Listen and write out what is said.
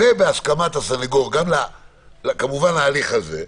ובהסכמת הסנגור, גם, כמובן, להליך הזה.